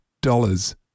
dollars